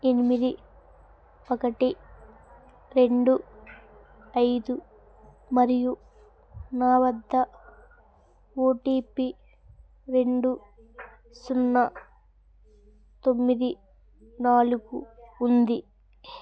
ఎనిమిది ఒకటి రెండు ఐదు మరియు నా వద్ధ ఓ టీ పీ రెండు సున్నా తొమ్మిది నాలుగు ఉంది